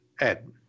Ed